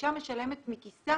כשהאישה משלמת מכיסה